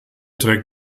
trägt